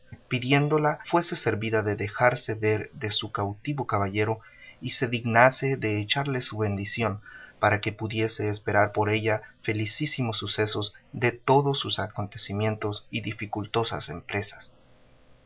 pidiéndola fuese servida de dejarse ver de su cautivo caballero y se dignase de echarle su bendición para que pudiese esperar por ella felicísimos sucesos de todos sus acometimientos y dificultosas empresas